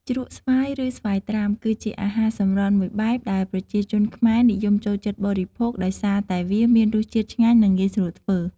ជ្រក់់ស្វាយ ឬ ស្វាយត្រាំ គឺជាអាហារសម្រន់មួយបែបដែលប្រជាជនខ្មែរនិយមចូលចិត្តបរិភោគដោយសារតែវាមានរសជាតិឆ្ងាញ់ និងងាយស្រួលធ្វើ។